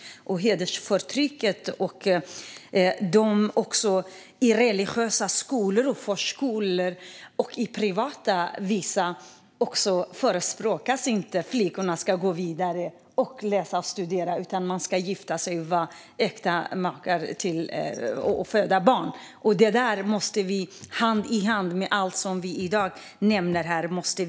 Det handlar om hedersförtrycket och om vissa religiösa privata skolor och förskolor, där det inte förespråkas att flickorna ska gå vidare och läsa och studera. De ska gifta sig och vara äkta makar och föda barn. Det här måste vi lösa hand i hand med allt det som vi nämner här i dag.